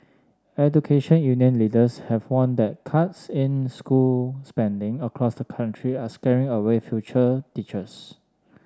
education union leaders have warned that cuts in school spending across the country are scaring away future teachers